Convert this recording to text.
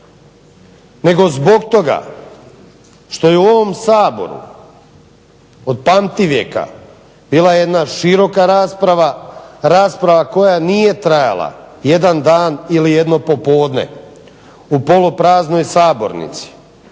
nego zbog toga što je u ovom Saboru od pamtivijeka bila jedna široka rasprava, rasprava koja nije trajala jedan dan ili jedno popodne u polupraznoj sabornici